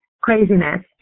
craziness